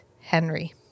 Henry